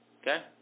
Okay